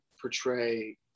portray